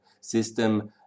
system